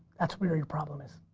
that's where your problem is.